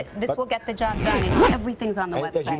this will get the job done. and everything is on the website.